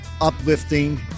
uplifting